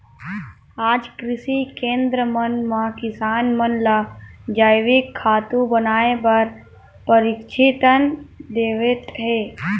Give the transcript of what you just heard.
आज कृषि केंद्र मन म किसान मन ल जइविक खातू बनाए बर परसिक्छन देवत हे